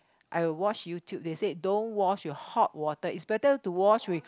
I watch YouTube they said don't wash with hot water it's better to wash with